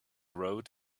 road